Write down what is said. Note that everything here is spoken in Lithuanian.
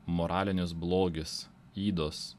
moralinis blogis ydos